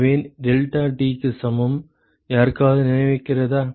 எனவே deltaT க்கு சமம் யாருக்காவது நினைவிருக்கிறதா